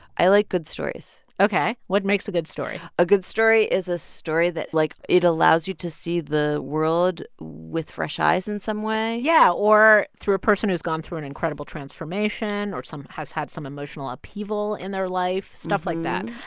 i like good stories ok. what makes a good story? a good story is a story that, like, it allows you to see the world with fresh eyes in some way yeah, or through a person who's gone through an incredible transformation or someone has had some emotional upheaval in their life stuff like that.